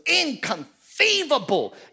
Inconceivable